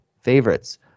favorites